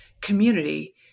community